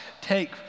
take